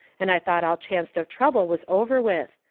and i thought all chancet of trouble was over with.